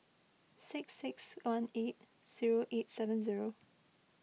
six six one eight zero eight seven zero